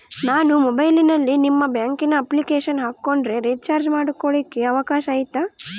ನಾನು ಮೊಬೈಲಿನಲ್ಲಿ ನಿಮ್ಮ ಬ್ಯಾಂಕಿನ ಅಪ್ಲಿಕೇಶನ್ ಹಾಕೊಂಡ್ರೆ ರೇಚಾರ್ಜ್ ಮಾಡ್ಕೊಳಿಕ್ಕೇ ಅವಕಾಶ ಐತಾ?